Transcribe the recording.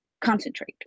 concentrate